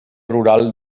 rural